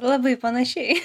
labai panašiai